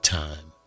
time